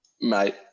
Mate